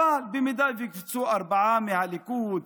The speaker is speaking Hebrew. אבל במידה שיקפצו ארבעה מהליכוד,